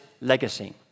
legacy